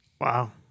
Wow